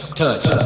touch